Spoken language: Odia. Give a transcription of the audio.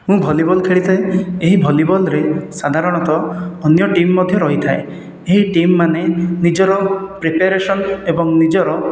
ମୁଁ ଭଲିବଲ ଖେଳି ଥାଏ ଏହି ଭଲିବଲରେ ସାଧାରଣତଃ ଅନ୍ୟ ଟିମ୍ ମଧ୍ୟ ରହିଥାଏ ଏହି ଟିମ୍ ମାନେ ନିଜର ପ୍ରିପ୍ୟାରେସନ ଏବଂ ନିଜର